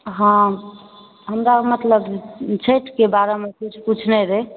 हँ हमरा मतलब छठिके बारेमे कुछ पूछनाय रहय